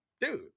dude